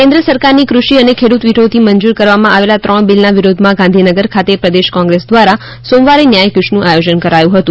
કૃષિ બિલ વિરોધ કેન્દ્ર સરકારની કૃષિ અને ખેડૂત વિરોધી મંજૂર કરવામાં આવેલા ત્રણ બિલના વિરોધમાં ગાંધીનગર ખાતે પ્રદેશ કોંગ્રેસ દ્વારા સોમવારે ન્યાય ક્રયનું આયોજન કરાયું હતું